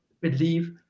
believe